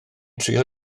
trio